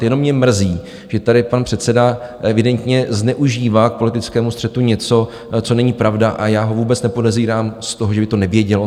Jenom mě mrzí, že tady pan předseda evidentně zneužívá k politickému střetu něco, co není pravda, a já ho vůbec nepodezírám z toho, že by to nevěděl.